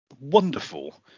wonderful